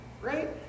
right